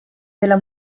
della